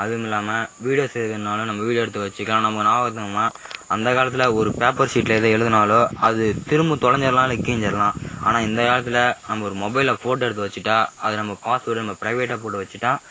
அதுவும் இல்லாமல் வீடியோஸ் எதுனாலும் நம்ம வீடியோ எடுத்து வச்சுக்கலாம் நம்ம ஞாபகார்த்தமாக அந்த காலத்தில் ஒரு பேப்பர் ஷீட்டில் எதும் எழுதுனாலோ அது திரும்பும் தொலஞ்சிரலாம் இல்லை கிழிஞ்சிரலாம் ஆனால் இந்த காலத்தில் நம்ம ஒரு மொபைலில் ஃபோட்டோ எடுத்து வச்சிகிட்டா அது நம்ம பாஸ்வேர்டு நம்ம பிரைவேட்டாக போட்டு வச்சிகிட்டா